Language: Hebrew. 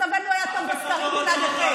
מצבנו היה טוב בסקרים בלעדיכם.